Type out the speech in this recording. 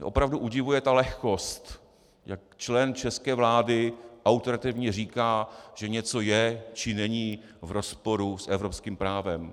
Opravdu udivuje ta lehkost, jak člen české vlády autoritativně říká, že něco je či není v rozporu s evropským právem.